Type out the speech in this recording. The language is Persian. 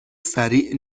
سریع